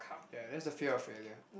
ya that's the fear of failure